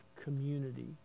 community